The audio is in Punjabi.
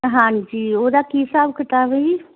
ਹਾਂਜੀ ਉਹਦਾ ਕੀ ਹਿਸਾਬ ਕਿਤਾਬ ਹੈ ਜੀ